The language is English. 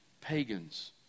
pagans